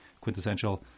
quintessential